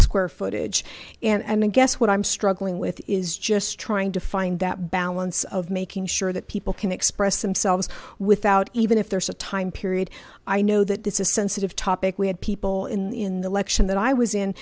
square footage and i guess what i'm struggling with is just trying to find that balance of making sure that people can express themselves without even if there's a time period i know that it's a sensitive topic we had people in the election that i was in